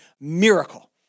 miracle